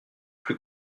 plus